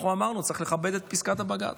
אנחנו אמרנו: צריך לכבד את פסיקת בג"ץ.